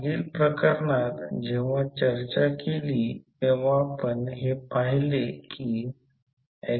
तर या प्रकरणात जर समीकरण 1 आणि 2 सोडवले तर i1 1